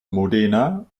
modena